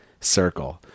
circle